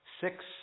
six